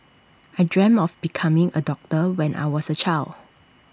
I dreamt of becoming A doctor when I was A child